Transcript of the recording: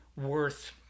worth